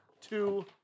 two